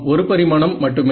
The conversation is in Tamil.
ஒரு பரிமாணம் மட்டுமே